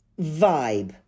vibe